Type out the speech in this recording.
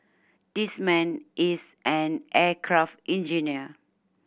this man is an aircraft engineer